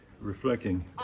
reflecting